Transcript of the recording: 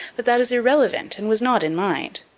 but that is irrelevant and was not in mind.